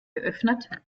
geöffnet